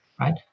right